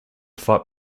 fight